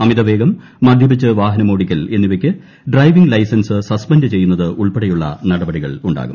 അമിതവേഗം മദ്യപിച്ച് വാഹനമോടിക്കൽ എന്നിവയ്ക്ക് ഡ്രൈവിംഗ് ലൈസൻസ് സസ്പെന്റ് ചെയ്യുന്നത് ഉൾപ്പെടെയുള്ള നടപടികളുണ്ടാകും